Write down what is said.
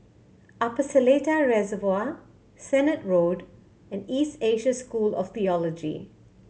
Upper Seletar Reservoir Sennett Road and East Asia School of Theology